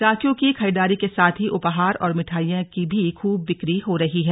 राखियों की खरीदारी के साथ ही उपहार और मिठाइयां की भी खूब बिक्री हो रही है